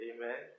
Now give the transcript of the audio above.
Amen